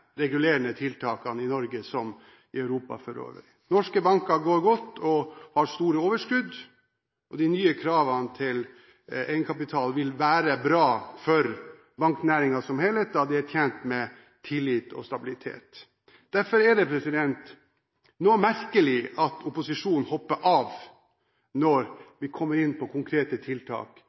regulerende tiltakene i Norge som i Europa for øvrig. Norske banker går godt og har store overskudd. De nye kravene til egenkapital vil være bra for banknæringen som helhet, da de er tjent med tillit og stabilitet. Derfor er det noe merkelig at opposisjonen hopper av når vi kommer inn på konkrete tiltak